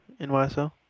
NYSL